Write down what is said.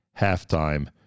halftime